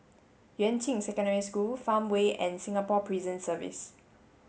Yuan Ching Secondary School Farmway and Singapore Prison Service